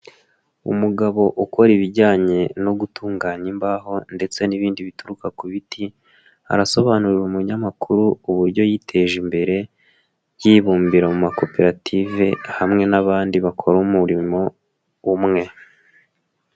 Umugabo ukora ibijyanye no gutunganya imbaho ndetse n'ibindi bituruka ku biti, arasobanurira umunyamakuru uburyo yiteje imbere, yibumbira mu makoperative hamwe n'abandi bakora umurimo umwe.